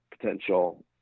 potential